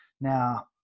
Now